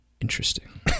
Interesting